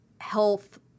health